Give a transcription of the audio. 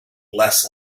less